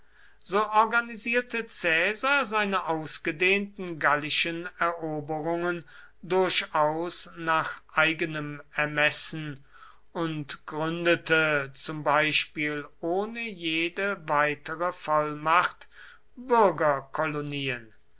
so organisierte caesar seine ausgedehnten gallischen eroberungen durchaus nach eigenem ermessen und gründete zum beispiel ohne jede weitere vollmacht